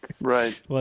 Right